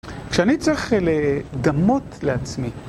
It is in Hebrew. כשאני צריך לדמות לעצמי